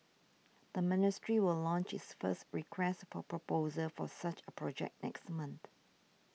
the ministry will launch its first Request for Proposal for such a project next month